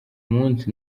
munsi